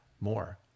more